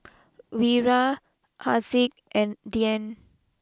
Wira Haziq and Dian